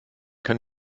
kann